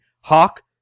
Hawk